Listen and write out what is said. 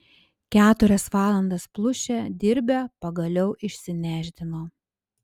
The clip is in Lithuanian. keturias valandas plušę dirbę pagaliau išsinešdino